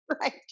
right